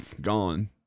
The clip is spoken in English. gone